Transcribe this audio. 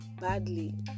badly